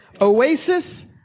Oasis